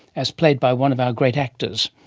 as played by one of our great actors.